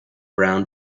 brown